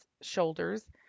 shoulders